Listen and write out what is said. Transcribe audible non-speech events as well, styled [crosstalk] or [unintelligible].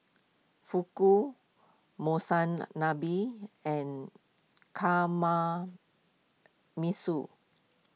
Fugu Monsunabe and [unintelligible]